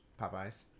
Popeyes